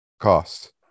cost